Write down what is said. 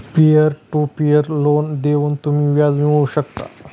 peer to peer loan देऊन तुम्ही व्याज मिळवू शकता